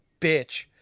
bitch